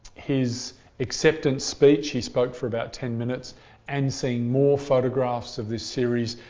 his acceptance speech he spoke for about ten minutes and seeing more photographs of this series,